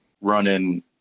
running